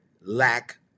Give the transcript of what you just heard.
lack